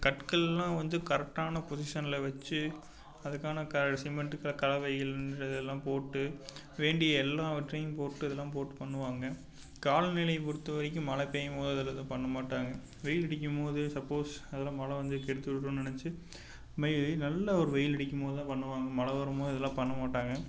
கற்கள் எல்லாம் வந்து கரெக்டான பொஷிஷனில் வச்சி அதுக்கான க சிமெண்ட்டு க கலவையில் இன்றதுல்லாம் போட்டு வேண்டிய எல்லாவற்றையும் போட்டு இது எல்லாம் போட்டு பண்ணுவாங்க காலநிலை பொறுத்த வரைக்கும் மழை பெய்யும்மோது அதில் எதுவும் பண்ண மாட்டாங்க வெயில் அடிக்கும்மோது சப்போஸ் அது எல்லாம் மழை வந்து கெடுத்து விடுன்னு நினச்சி இது மாதிரி நல்ல ஒரு வெயில் அடிக்கும்மோது தான் பண்ணுவாங்க மழை வரும்மோது இது எல்லாம் பண்ண மாட்டாங்க